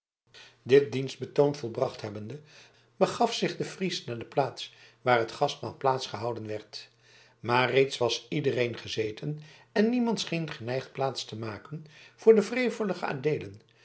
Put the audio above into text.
dit dienstbetoon volbracht hebbende begaf zich de fries naar de plaats waar het gastmaal gehouden werd maar reeds was iedereen gezeten en niemand scheen geneigd plaats te maken voor den wreveligen adeelen